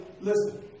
listen